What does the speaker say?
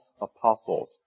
apostles